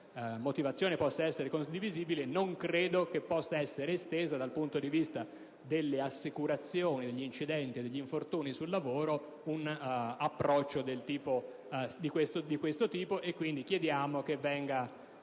tale motivazione possa essere condivisibile, non credo che possa essere estesa, dal punto di vista delle assicurazioni degli incidenti e degli infortuni sul lavoro, con un approccio di questo tipo. Quindi, chiediamo che debba